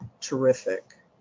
terrific